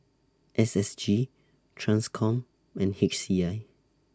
S S G TRANSCOM and H C I